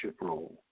role